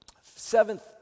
seventh